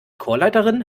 chorleiterin